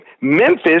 Memphis